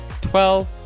twelve